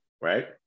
right